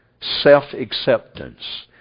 self-acceptance